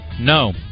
No